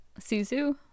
Suzu